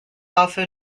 also